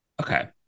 Okay